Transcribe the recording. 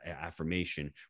affirmation